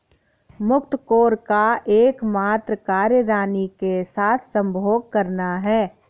मुकत्कोर का एकमात्र कार्य रानी के साथ संभोग करना है